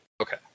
Okay